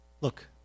look